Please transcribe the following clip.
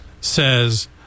says